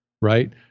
right